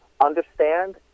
understand